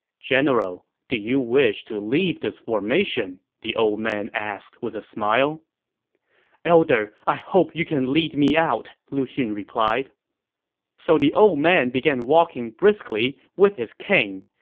general, do you wish to leave this formation? the old man said with a smile elder, i hope you can lead me out, lu xun replied so the old man began walking briskly with his cane,